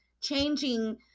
changing